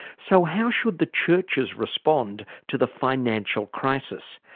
so how should the churches respond to the financial crisis?